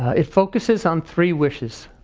it focuses on three wishes.